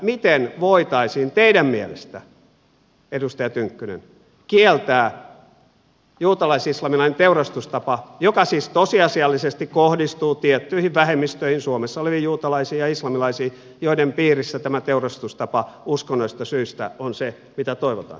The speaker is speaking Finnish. miten voitaisiin teidän mielestänne edustaja tynkkynen kieltää juutalais islamilainen teurastustapa joka siis tosiasiallisesti kohdistuu tiettyihin vähemmistöihin suomessa oleviin juutalaisiin ja islamilaisiin joiden piirissä tämä teurastustapa uskonnollisista syistä on se mitä toivotaan